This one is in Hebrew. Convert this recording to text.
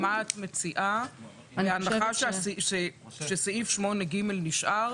מה את מציעה, בהנחה שסעיף 8ג נשאר